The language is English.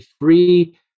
free